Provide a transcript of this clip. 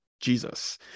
Jesus